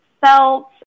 felt